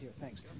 thanks